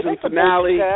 finale